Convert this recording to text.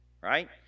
right